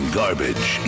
garbage